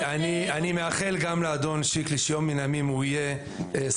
אני מאחל גם לאדון שיקלי שיום מן הימים הוא יהיה שר